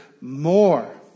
more